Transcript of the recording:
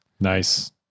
Nice